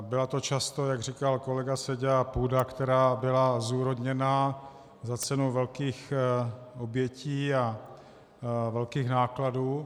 Byla to často, jak říkal kolega Seďa, půda, která byla zúrodněná za cenu velkých obětí a velkých nákladů.